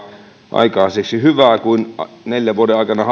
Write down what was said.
aikaiseksi enemmän hyvää kuin saivat neljän vuoden aikana